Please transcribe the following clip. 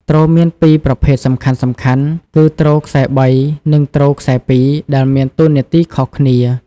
ទ្រមានពីរប្រភេទសំខាន់ៗគឺ ទ្រខ្សែបី និង ទ្រខ្សែពីរ ដែលមានតួនាទីខុសគ្នា។